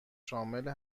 شامل